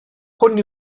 hwn